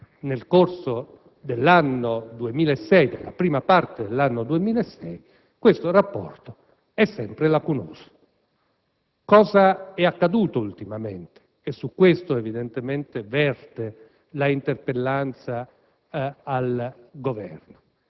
nel corso della prima parte dell'anno 2006, questo rapporto è sempre lacunoso. Cosa è accaduto ultimamente (e su questo verte la interpellanza al Governo)?